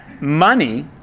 money